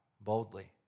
boldly